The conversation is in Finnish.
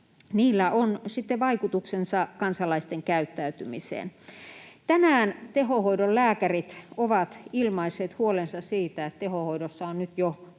sitten vaikutuksensa kansalaisten käyttäytymiseen. Tänään tehohoidon lääkärit ovat ilmaisseet huolensa siitä, että tehohoidossa on nyt jo